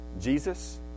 Jesus